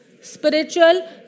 Spiritual